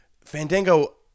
Fandango